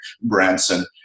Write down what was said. Branson